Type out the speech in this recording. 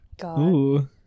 God